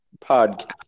podcast